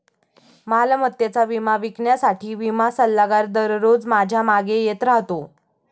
मालमत्तेचा विमा विकण्यासाठी विमा सल्लागार दररोज माझ्या मागे येत राहतो